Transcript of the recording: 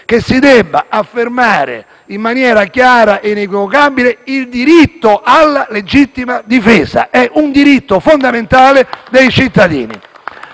si debba affermare in maniera chiara e inequivocabile il diritto alla legittima difesa. È un diritto fondamentale dei cittadini.